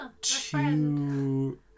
two